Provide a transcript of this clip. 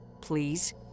Please